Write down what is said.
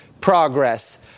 progress